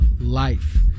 life